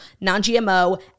non-gmo